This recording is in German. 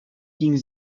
ging